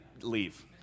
leave